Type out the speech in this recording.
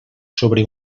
sobre